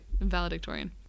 valedictorian